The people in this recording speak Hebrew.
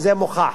וזה מוכח.